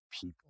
people